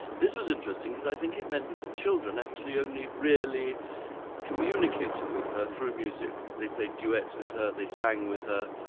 this was interesting, because i think it meant that the children actually only really communicated with her through music. they played duets with her, they sang with her,